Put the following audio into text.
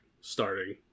starting